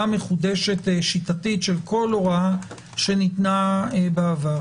מחודשת שיטתית של כל הוראה שניתנה בעבר.